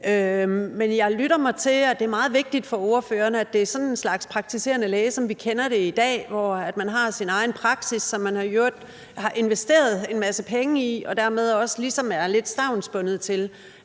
Men jeg lytter mig til, at det er meget vigtigt for ordføreren, at det er sådan en slags praktiserende læge, som vi kender det i dag, hvor man har sin egen praksis, som man i øvrigt har investeret en masse penge i og dermed også ligesom er lidt stavnsbundet til.